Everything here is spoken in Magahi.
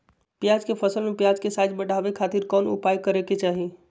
प्याज के फसल में प्याज के साइज बढ़ावे खातिर कौन उपाय करे के चाही?